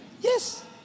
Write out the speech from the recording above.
Yes